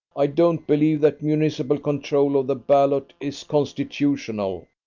i don't believe that municipal control of the ballot is constitutional.